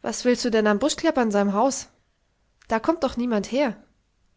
was willst du denn an buschkleppern sei'm hans da kommt doch niemand her